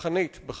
דב